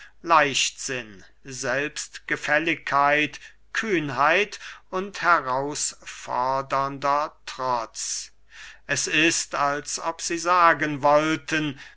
leichtsinn selbstgefälligkeit kühnheit und herausfordernder trotz es ist als ob sie sagen wollten